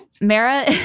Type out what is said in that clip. Mara